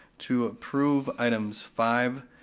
to approve items five,